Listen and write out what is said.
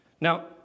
Now